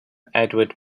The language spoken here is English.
edward